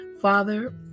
Father